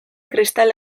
kristal